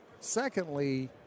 Secondly